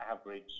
average